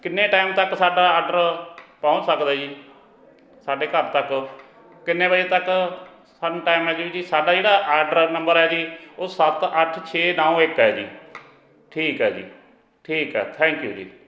ਕਿੰਨੇ ਟੈਮ ਤੱਕ ਸਾਡਾ ਆਡਰ ਪਹੁੰਚ ਸਕਦਾ ਜੀ ਸਾਡੇ ਘਰ ਤੱਕ ਕਿੰਨੇ ਵਜੇ ਤੱਕ ਸਾਨੂੰ ਟਾਇਮ ਮਿਲਜੂ ਜੀ ਸਾਡਾ ਜਿਹੜਾ ਆਡਰ ਨੰਬਰ ਹੈ ਜੀ ਉਹ ਸੱਤ ਅੱਠ ਛੇ ਨੌ ਇੱਕ ਹੈ ਜੀ ਠੀਕ ਹੈ ਜੀ ਠੀਕ ਹੈ ਥੈਂਕ ਯੂ ਜੀ